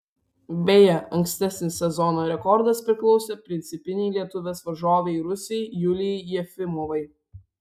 beje ankstesnis sezono rekordas priklausė principinei lietuvės varžovei rusei julijai jefimovai